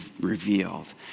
revealed